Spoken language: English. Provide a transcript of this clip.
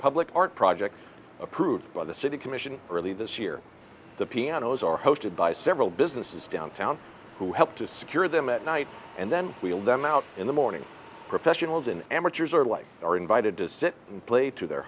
public art project approved by the city commission early this year the pianos are hosted by several businesses downtown who help to secure them at night and then we'll them out in the morning professionals and amateurs are like are invited to sit and play to their